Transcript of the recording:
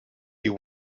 you